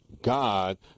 God